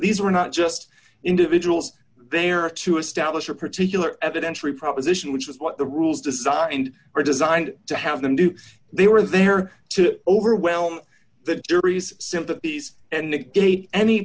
these are not just individuals they are to establish a particular evidentiary proposition which is what the rules designed are designed to have them do they were there to overwhelm the jury's sympathies and negate any